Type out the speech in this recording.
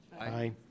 Aye